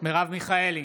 מרב מיכאלי,